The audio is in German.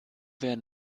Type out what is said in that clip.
wer